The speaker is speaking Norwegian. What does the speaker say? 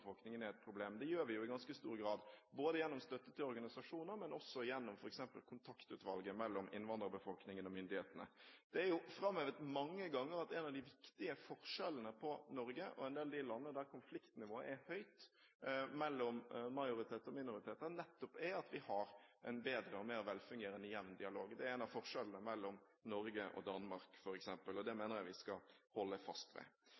er et problem. Det gjør vi jo i ganske stor grad gjennom støtte til organisasjoner, men også gjennom f.eks. Kontaktutvalget mellom innvandrerbefolkningen og myndighetene. Det er jo framhevet mange ganger at en av de viktige forskjellene på Norge og en del av de landene der konfliktnivået er høyt mellom majoritet og minoriteter, nettopp er at vi har en bedre og mer velfungerende, jevn dialog. Det er f.eks. en av forskjellene mellom Norge og Danmark, og det mener jeg vi skal holde fast ved.